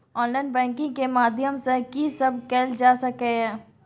Online banking के माध्यम सं की सब कैल जा सके ये?